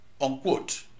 unquote